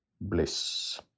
bliss